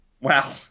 Wow